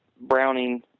Browning